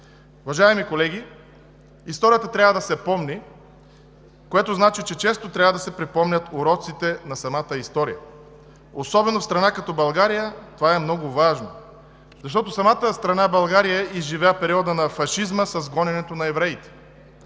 Уважаеми колеги, историята трябва да се помни, което значи, че често трябва да се припомнят уроците на самата история. Особено в страна като България това е много важно, защото самата страна България изживя периода на фашизма с гоненето на евреите.